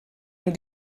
amb